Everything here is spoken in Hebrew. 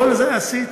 כל זה עשית?